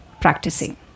practicing